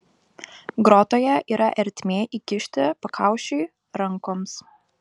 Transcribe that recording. grotoje yra ertmė įkišti pakaušiui rankoms